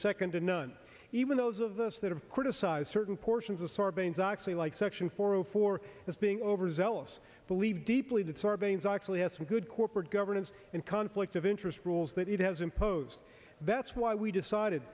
second to none even those of us that have criticized certain portions of sarbanes oxley like section four hundred four as being overzealous believe deeply that sarbanes actually had some good corporate governance and conflict of interest rules that it has imposed that's why we decided